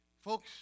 Folks